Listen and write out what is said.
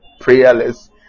prayerless